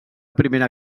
primera